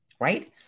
right